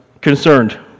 concerned